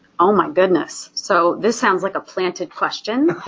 oh my goodness, so this sounds like a planted question.